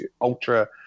ultra